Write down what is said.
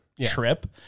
trip